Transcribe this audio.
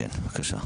כן, בבקשה.